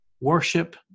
Worship